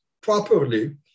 properly